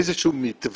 איזה שהוא מתווה